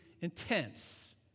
intense